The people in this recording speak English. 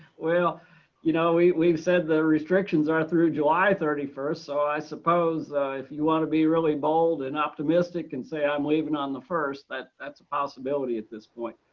well you know we've we've said the restrictions are through july thirty first, so i suppose if you want to be really bold and optimistic and say i'm leaving on the first, that's that's a possibility at this point.